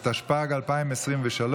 התשפ"ג 2023,